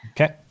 Okay